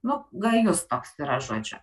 no gajus toks yra žodžiu